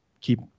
keep